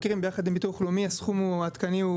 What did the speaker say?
יחד עם ביטוח לאומי אנחנו מכירים בסכום העדכני שהוא